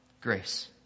Grace